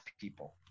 people